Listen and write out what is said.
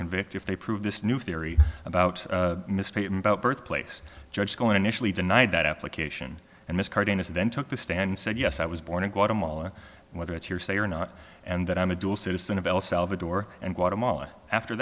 convict if they prove this new theory about misstating about birth place judge going initially denied that application and this cardenas then took the stand and said yes i was born in guatemala whether it's hearsay or not and that i'm a dual citizen of el salvador and guatemala after